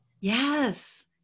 Yes